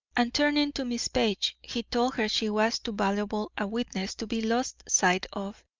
and turning to miss page, he told her she was too valuable a witness to be lost sight of,